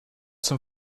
zum